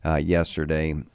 yesterday